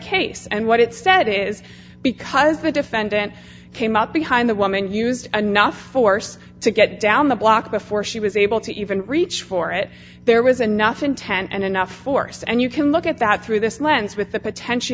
case and what it said is because the defendant came up behind the woman used enough force to get down the block before she was able to even reach for it there was enough intent and enough force and you can look at that through this lens with the potential